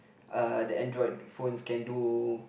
uh the Android phones can do